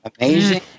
amazing